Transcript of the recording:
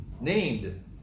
named